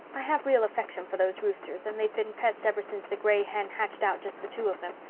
i have real affection for those roosters and they've been pets ever since the gray hen hatched out just the two of them.